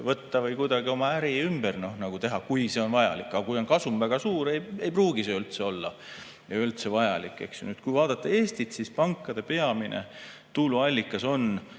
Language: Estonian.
võtta või kuidagi oma äri ümber teha, kui see on vajalik. Aga kui on kasum väga suur, siis ei pruugi see üldse olla vajalik. Kui vaadata Eestit, siis pankade peamine tuluallikas on